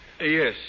Yes